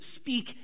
speak